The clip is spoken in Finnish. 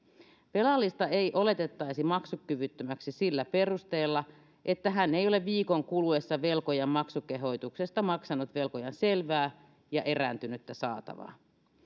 velallista ei oletettaisi maksukyvyttömäksi sillä perusteella että hän ei ole viikon kuluessa velkojan maksukehotuksesta maksanut velkojan selvää ja erääntynyttä saatavaa